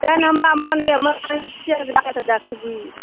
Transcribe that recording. एहन मन होइए देखबी